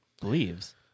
believes